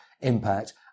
impact